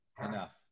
enough